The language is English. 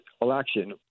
election